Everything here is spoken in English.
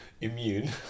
immune